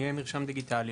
יהיה מרשם דיגיטלי.